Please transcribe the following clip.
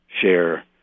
share